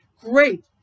great